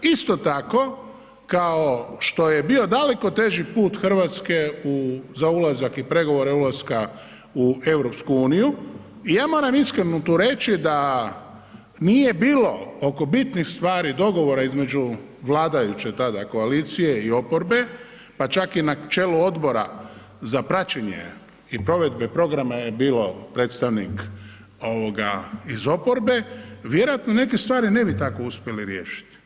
Isto tako kao što je bio daleko teži put Hrvatske za ulazak i pregovore ulaska u EU i ja moram tu iskreno reći da nije bilo oko bitnih stvari dogovora između vladajuće tada koalicije i oporbe, pa čak i na čelu odbora za praćenje i provedbe programa je bio predstavnik ovoga iz oporbe vjerojatno neke stvari ne bi uspjeli tako riješiti.